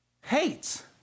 hates